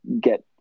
get